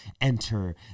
enter